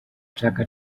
chaka